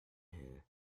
here